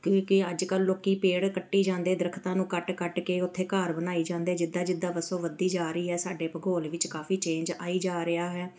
ਕਿਉਂਕਿ ਅੱਜ ਕੱਲ੍ਹ ਲੋਕ ਪੇੜ ਕੱਟੀ ਜਾਂਦੇ ਦਰਖਤਾਂ ਨੂੰ ਕੱਟ ਕੱਟ ਕੇ ਉੱਥੇ ਘਰ ਬਣਾਈ ਜਾਂਦੇ ਜਿੱਦਾਂ ਜਿੱਦਾਂ ਵਸੋਂ ਵੱਧਦੀ ਜਾ ਰਹੀ ਹੈ ਸਾਡੇ ਭੂਗੋਲ ਵਿੱਚ ਕਾਫੀ ਚੇਂਜ ਆਈ ਜਾ ਰਿਹਾ ਹੈ